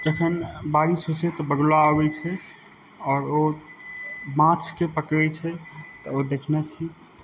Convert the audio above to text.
जखन बारिश होइ छै तऽ बगुला अबै छै आओर ओ माछके पकैरै छै तऽ ओ देखने छी